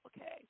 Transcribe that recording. Okay